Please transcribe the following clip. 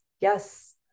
Yes